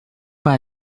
pas